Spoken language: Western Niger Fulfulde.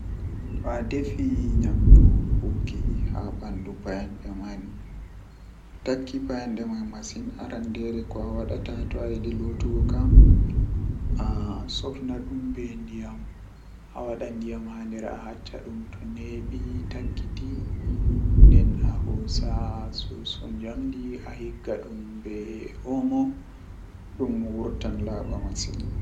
To ayidi dollugo geerade, Arandewol kam ahubba hiite awada ndiyam haa nder fande nden asakkina gerede ma haa nder a acca geraade man dolla dolla dolla jei wakkati sedda jam awara a itta dum.